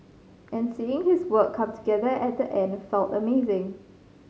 and seeing his work come together at the end felt amazing